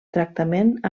tractament